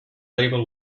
label